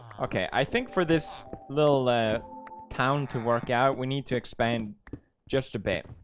okay, i think for this little town to work out. we need to expand just a bit